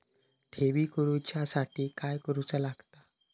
ठेवी करूच्या साठी काय करूचा लागता?